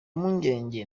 mpungenge